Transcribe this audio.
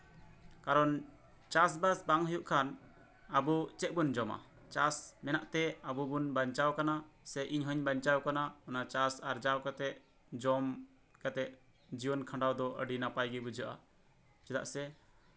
ᱠᱟᱨᱚᱱ ᱪᱟᱥᱵᱟᱥ ᱵᱟᱝ ᱦᱩᱭᱩᱜ ᱠᱷᱟᱱ ᱟᱵᱚ ᱪᱮᱫ ᱵᱚᱱ ᱡᱚᱢᱟ ᱪᱟᱥ ᱢᱮᱱᱟᱜ ᱛᱮ ᱟᱵᱚᱵᱚᱱ ᱵᱟᱧᱪᱟᱣ ᱟᱠᱟᱱᱟ ᱥᱮ ᱤᱧᱦᱚᱸᱧ ᱵᱟᱧᱪᱟᱣ ᱟᱠᱟᱱᱟ ᱚᱱᱟ ᱪᱟᱥ ᱟᱨᱡᱟᱣ ᱠᱟᱛᱮ ᱡᱚᱢ ᱠᱟᱛᱮ ᱡᱤᱭᱚᱱ ᱠᱷᱟᱸᱰᱟᱣ ᱫᱚ ᱟᱹᱰᱤ ᱱᱟᱯᱟᱭ ᱜᱮ ᱵᱩᱡᱷᱟᱹᱜᱼᱟ ᱪᱮᱫᱟᱜ ᱥᱮ